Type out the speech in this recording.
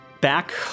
back